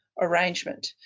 arrangement